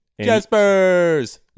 jaspers